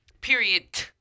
Period